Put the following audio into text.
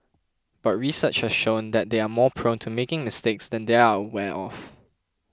but research has shown that they are more prone to making mistakes than they are aware of